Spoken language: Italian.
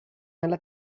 nella